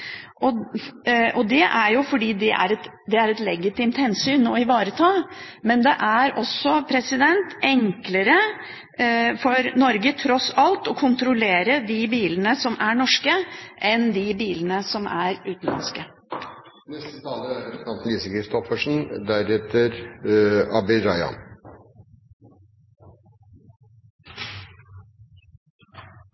fordi det er et legitimt hensyn å ivareta, men det er også tross alt enklere for Norge å kontrollere de bilene som er norske, enn de bilene som er